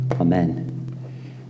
Amen